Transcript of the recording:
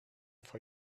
for